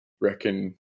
reckon